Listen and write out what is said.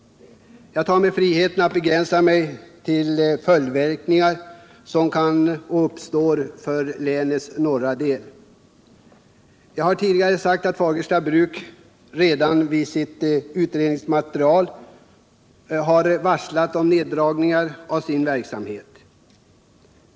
Jag tar mig friheten att begränsa mig till de följdverkningar som kan uppstå för länets norra del. Jag har tidigare sagt att Fagersta Bruk redan i sitt utredningsmaterial har varslat om neddragningar av sin verksamhet.